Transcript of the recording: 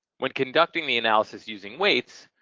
when conducting the analysis using weights,